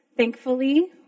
Thankfully